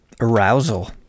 Arousal